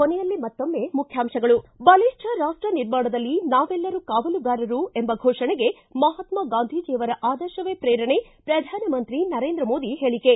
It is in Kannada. ಕೊನೆಯಲ್ಲಿ ಮತ್ತೊಮ್ಮೆ ಮುಖ್ಯಾಂಶಗಳು ಿ ಬಲಿಷ್ಠ ರಾಷ್ಟ ನಿರ್ಮಾಣದಲ್ಲಿ ನಾವೆಲ್ಲರೂ ಕಾವಲುಗಾರರು ಎಂಬ ಫೋಷಣೆಗೆ ಮಹಾತ್ಮ ಗಾಂಧೀಜಿಯವರ ಆದರ್ಶವೇ ಪ್ರೇರಣೆ ಪ್ರಧಾನಮಂತ್ರಿ ನರೇಂದ್ರ ಮೋದಿ ಹೇಳಿಕೆ